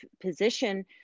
position